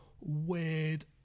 weird